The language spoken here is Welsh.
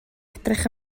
edrych